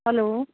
hello